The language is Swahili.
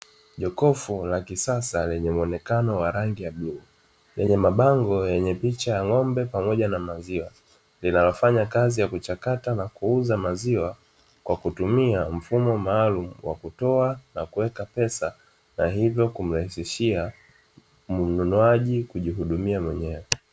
Jokofu la kisasa lenye mwonekano wa rangi ya bei yenye mabango yenye picha ya ng'ombe pamoja na maziwa linalofanya kazi ya kuchakata na kuuza maziwa kwa kutumia mfumo maalum wa kutoa na kuweka pesa na hivyo kumrahisishia mnunuaji kujihudumia mwenyewe.